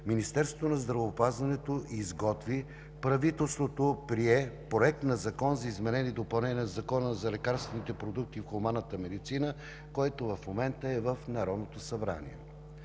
Министерството на здравеопазването изготви, правителството прие Проект на закон за изменение и допълнение Закона за лекарствените продукти в хуманната медицина, който в момента е в Народното събрание.